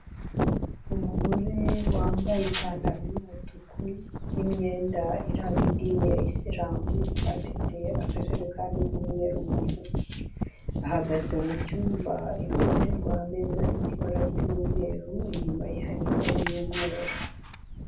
Umugore wambaye ipantaro y'umutuku n'imyenda iranga idini ya isiramu, afite akajerekani k'umweru mu ntoki, ahagaze mu cyumba iruhande rw'ameza afite ibara ry'umweru inyuma ye hari intebe y'umweru.